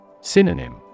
Synonym